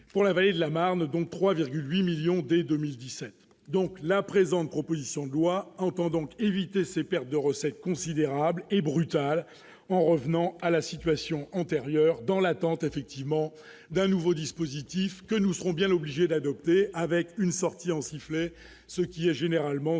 pour Paris-Vallée de la Marne, dont 3,8 millions dès 2017. La présente proposition de loi vise donc à éviter ces pertes de recettes considérables et brutales, par un retour à la situation antérieure, dans l'attente d'un nouveau dispositif, que nous serons bien obligés d'adopter, avec une sortie en sifflet, ce qui est généralement ce